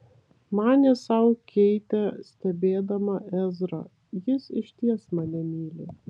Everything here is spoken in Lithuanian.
manė sau keitė stebėdama ezrą jis išties mane myli